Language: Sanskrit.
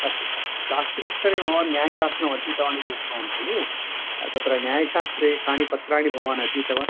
अस्तु शास्त्रीस्तरे भवान् न्यायशास्त्रमधीतवान् इति उक्तवान् खलु तत्र न्यायशास्त्रे कानि पत्राणि भवानधीतवान्